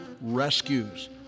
rescues